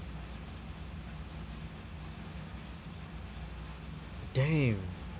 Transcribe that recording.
damn